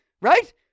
right